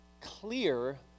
clear